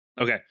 okay